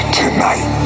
tonight